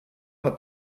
hat